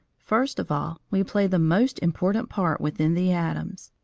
first of all, we play the most important part within the atoms.